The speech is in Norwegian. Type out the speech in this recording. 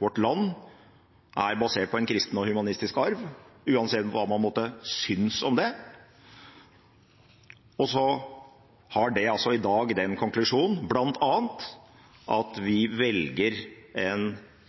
vårt land er basert på en kristen og humanistisk arv, uansett hva man måtte synes om det. Så blir altså konklusjonen i dag – blant annet – at vi velger